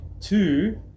Two